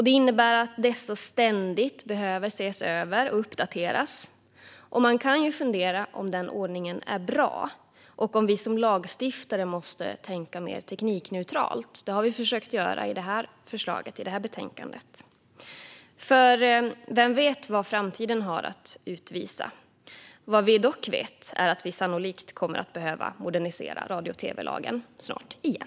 Det innebär att dessa ständigt behöver ses över och uppdateras. Man kan fundera på om den ordningen är bra och om vi som lagstiftare måste tänka mer teknikneutralt. Det har vi försökt göra i förslaget i det här betänkandet. För vem vet vad framtiden har att utvisa? Det vi dock vet är att vi sannolikt snart kommer att behöva modernisera radio och tv-lagen igen.